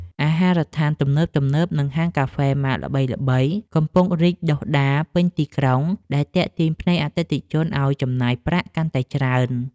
អាហារដ្ឋានទំនើបៗនិងហាងកាហ្វេម៉ាកល្បីៗកំពុងរីកដុះដាលពេញទីក្រុងដែលទាក់ទាញភ្នែកអតិថិជនឱ្យចំណាយប្រាក់កាន់តែច្រើន។